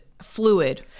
fluid